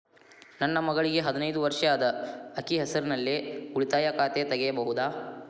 ನನ್ನ ಮಗಳಿಗೆ ಹದಿನೈದು ವರ್ಷ ಅದ ಅಕ್ಕಿ ಹೆಸರಲ್ಲೇ ಉಳಿತಾಯ ಖಾತೆ ತೆಗೆಯಬಹುದಾ?